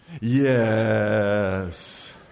Yes